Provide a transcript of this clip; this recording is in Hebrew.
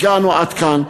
הגענו עד כאן,